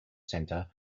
center